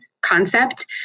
concept